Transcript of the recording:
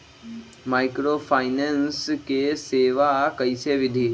Microfinance के सेवा कइसे विधि?